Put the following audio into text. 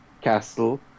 Castle